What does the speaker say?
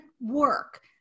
work